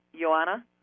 Joanna